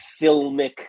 filmic